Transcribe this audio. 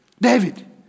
David